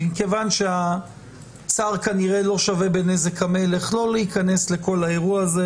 מכיוון שהצער כנראה לא שווה בנזק המלך לא להיכנס לכל האירוע הזה,